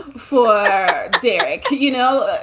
for derek, you know?